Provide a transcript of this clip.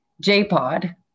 J-Pod